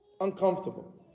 uncomfortable